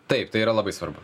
taip tai yra labai svarbu